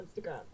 instagram